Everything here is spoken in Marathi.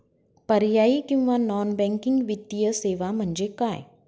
पर्यायी किंवा नॉन बँकिंग वित्तीय सेवा म्हणजे काय?